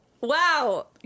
Wow